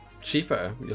cheaper